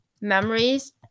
memories